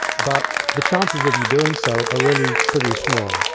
but the chances of you doing so are really pretty small.